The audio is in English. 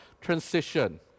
transition